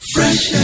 Fresh